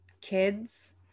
kids